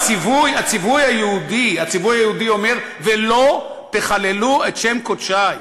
הציווי היהודי אומר: "ולא תחללו את שם קדשי".